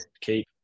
Keep